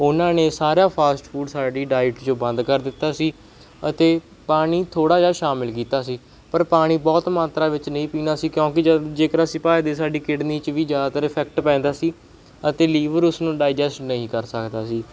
ਉਹਨਾਂ ਨੇ ਸਾਰਾ ਫਾਸਟ ਫੂਡ ਸਾਡੀ ਡਾਇਟ 'ਚੋਂ ਬੰਦ ਕਰ ਦਿੱਤਾ ਸੀ ਅਤੇ ਪਾਣੀ ਥੋੜ੍ਹਾ ਜਿਹਾ ਸ਼ਾਮਿਲ ਕੀਤਾ ਸੀ ਪਰ ਪਾਣੀ ਬਹੁਤ ਮਾਤਰਾ ਵਿੱਚ ਨਹੀਂ ਪੀਣਾ ਸੀ ਕਿਉਂਕਿ ਜੇ ਜੇਕਰ ਅਸੀਂ ਭੱਜਦੇ ਸਾਡੀ ਕਿਡਨੀ 'ਚ ਵੀ ਜ਼ਿਆਦਾਤਰ ਇਫੈਕਟ ਪੈਂਦਾ ਸੀ ਅਤੇ ਲੀਵਰ ਉਸਨੂੰ ਡਾਈਜੈਸਟ ਨਹੀਂ ਕਰ ਸਕਦਾ ਸੀ